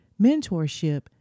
mentorship